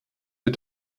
wir